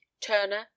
turner